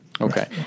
Okay